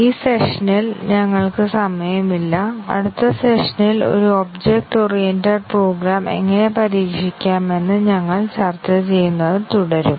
ഈ സെഷനിൽ ഞങ്ങൾക്ക് സമയമില്ല അടുത്ത സെഷനിൽ ഒരു ഒബ്ജക്റ്റ് ഓറിയന്റഡ് പ്രോഗ്രാം എങ്ങനെ പരീക്ഷിക്കാമെന്ന് ഞങ്ങൾ ചർച്ച ചെയ്യുന്നത് തുടരും